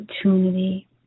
opportunity